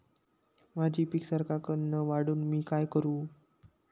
माझी पीक सराक्कन वाढूक मी काय करू?